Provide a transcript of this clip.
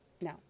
No